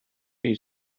chi